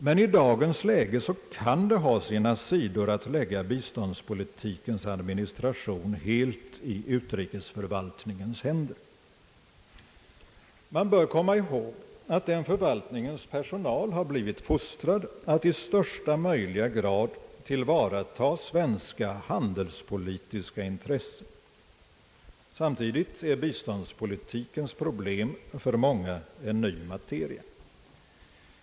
Men i dagens läge kan det ha sina sidor att lägga biståndspolitikens administration helt i utrikesförvaltningens händer. Man bör komma ihåg att den förvaltningens personal har blivit fostrad att i största möjliga grad tillvarata svenska handelspolitiska intressen. Samtidigt är biståndspolitikens problem för många en ny materia.